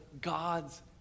God's